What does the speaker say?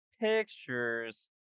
pictures